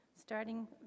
Starting